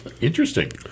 Interesting